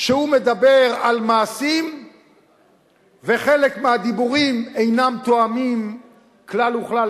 שהוא מדבר על מעשים וחלק מהדיבורים אינם תואמים כלל וכלל,